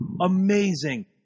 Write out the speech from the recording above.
amazing